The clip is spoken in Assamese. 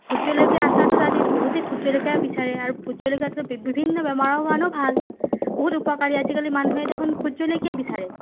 ভোট জলকীয়াৰ আচাৰটো আজিকালি বহুতেই ভোট জলকীয়া বিচাৰে আৰু ভোট জলকীয়াটো বিভিন্ন বেমাৰৰ কাৰণেও ভাল বহুত উপকাৰী আজিকালি মানুহে দেখোন ভোট জলকীয়াই বিচাৰে